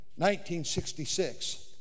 1966